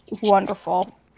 wonderful